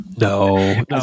No